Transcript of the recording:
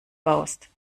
baust